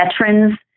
veterans